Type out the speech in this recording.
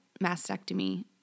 mastectomy